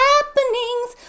Happenings